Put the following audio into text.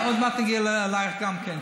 עוד מעט נגיע אלייך גם כן.